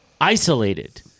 isolated